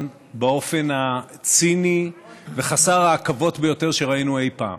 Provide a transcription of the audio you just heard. באופן הציני וחסר העכבות ביותר שראינו אי פעם.